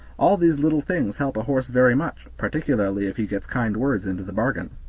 all these little things help a horse very much, particularly if he gets kind words into the bargain.